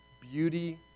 beauty